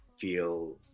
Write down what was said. feel